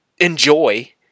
enjoy